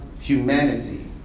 humanity